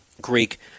Greek